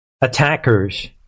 attackers